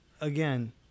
Again